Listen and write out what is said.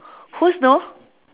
who's know